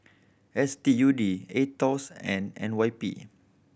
S T U D Aetos and N Y P